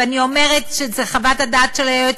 ואני אומרת שזו חוות הדעת של היועץ